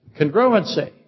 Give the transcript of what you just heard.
congruency